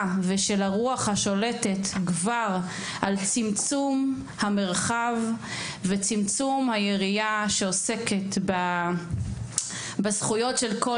ושל הרוח השלטת כבר על צמצום המרחב וצמצום היריעה שעוסקת בזכויות של כל